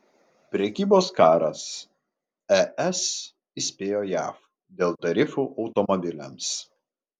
prekybos karas es įspėjo jav dėl tarifų automobiliams